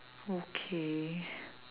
okay